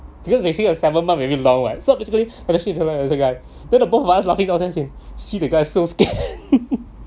because basically the seven month very long right so basically guy that uh both of us downstairs laughing see the guys still scared